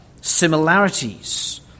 similarities